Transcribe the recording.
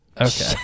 okay